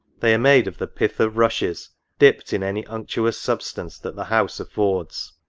they are made of the pith of rushes dipped in any unctuous substance that the house affords.